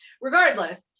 regardless